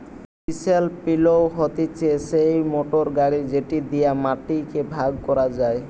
chisel পিলও হতিছে সেই মোটর গাড়ি যেটি দিয়া মাটি কে ভাগ করা হয়